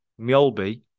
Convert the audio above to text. Mjolby